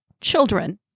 Children